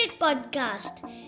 podcast